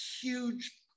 huge